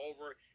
over